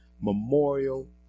Memorial